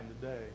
today